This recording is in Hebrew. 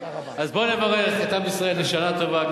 אז בואו נברך את עם ישראל לשנה טובה.